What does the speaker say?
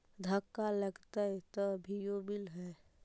धक्का लगतय तभीयो मिल है?